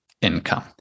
income